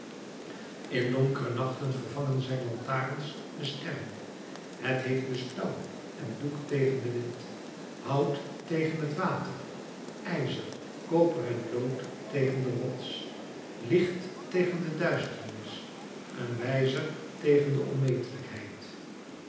in donkere nachten vervangen zijn lantaarns de sterren het heeft dus touw en doek tegen den wind hout tegen het water ijzer koper en lood tegen de rots licht tegen de duisternis een wijzer tegen de